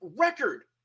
record